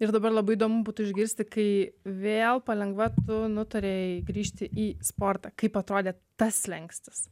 ir dabar labai įdomu būtų išgirsti kai vėl palengva tu nutarei grįžti į sportą kaip atrodė tas slenkstis